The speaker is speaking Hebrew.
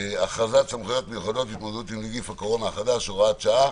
בהכרזת סמכויות מיוחדות להתמודדות עם נגיף הקורונה החדש (הוראת שעה)